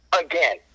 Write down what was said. again